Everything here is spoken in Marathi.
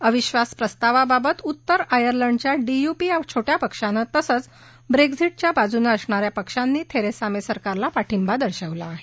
अविश्वास प्रस्तावाबाबत उत्तर आयर्लंडच्या डीयुपी या छोट्या पक्षानं तसंच ब्रेक्झिटच्या बाजूनं असणा या पक्षांनी थेरेसा मे सरकारला पाठिंबा दर्शवला आहे